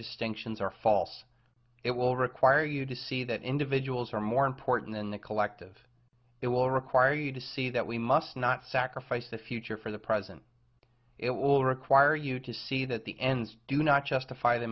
distinctions are false it will require you to see that individuals are more important than the collective it will require you to see that we must not sacrifice the future for the present it will require you to see that the ends do not justify th